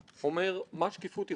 אנחנו חייבים את השקיפות הזו.